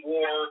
War